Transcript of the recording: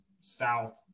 South